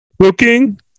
cooking